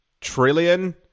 trillion